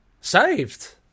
saved